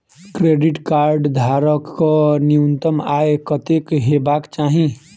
Credit card धारक कऽ न्यूनतम आय कत्तेक हेबाक चाहि?